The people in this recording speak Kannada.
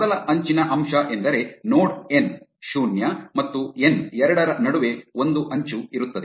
ಮೊದಲ ಅಂಚಿನ ಅಂಶ ಎಂದರೆ ನೋಡ್ ಎನ್ ಶೂನ್ಯ ಮತ್ತು ಎನ್ ಎರಡರ ನಡುವೆ ಒಂದು ಅಂಚು ಇರುತ್ತದೆ